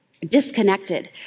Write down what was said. disconnected